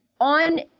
On